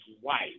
white